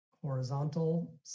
horizontal